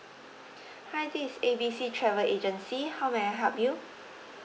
hi this is A B C travel agency how may I help you